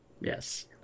Yes